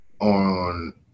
on